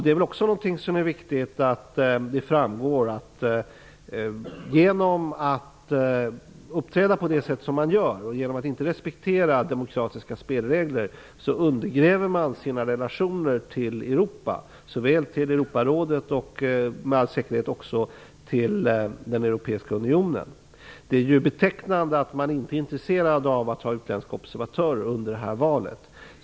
Det är också viktigt att det framgår att man genom att uppträda såsom man gör och inte respektera demokratiska spelregler, undergräver sina relationer med Europa -- det gäller relationerna med Europarådet och med all säkerhet också relationerna med den europeiska unionen. Det är betecknande att man i Turkiet inte är intresserad av att ha utländska observatörer under valet.